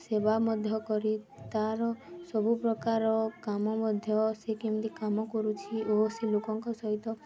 ସେବା ମଧ୍ୟ କରି ତା'ର ସବୁପ୍ରକାର କାମ ମଧ୍ୟ ସେ କେମିତି କାମ କରୁଛି ଓ ସେ ଲୋକଙ୍କ ସହିତ